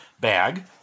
bag